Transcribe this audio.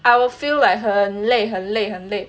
I will feel like 很累很累